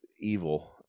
evil